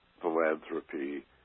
philanthropy